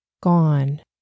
gone